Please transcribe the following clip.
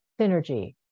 synergy